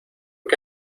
qué